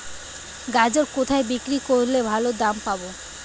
গাজর কোথায় বিক্রি করলে ভালো দাম পাব?